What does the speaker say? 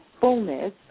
fullness